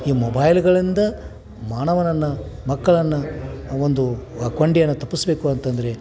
ಈ ಮೊಬೈಲ್ಗಳಿಂದ ಮಾನವನನ್ನು ಮಕ್ಕಳನ್ನು ಒಂದು ಆ ಕೊಂಡಿಯನ್ನು ತಪ್ಪಿಸಬೇಕು ಅಂತಂದರೆ